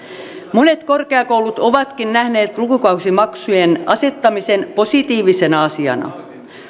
monet korkeakoulut ovatkin nähneet lukukausimaksujen asettamisen positiivisena asiana